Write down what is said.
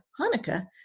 Hanukkah